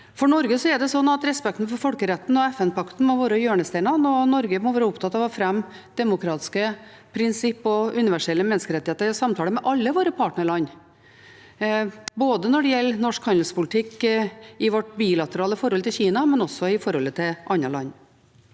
For Norge er det sånn at respekten for folkeretten og FN-pakten må være hjørnesteinene, og Norge må være opptatt av å fremme demokratiske prinsipper og universelle menneskerettigheter i samtale med alle våre partnerland, både når det gjelder norsk handelspolitikk i vårt bilaterale forhold til Kina, og også i forholdet til andre land.